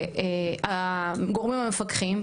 והגורמים המפקחים,